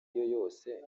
yose